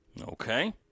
Okay